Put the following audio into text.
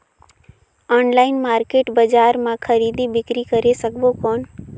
Online market बजार मां खरीदी बीकरी करे सकबो कौन?